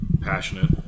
passionate